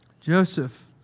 Joseph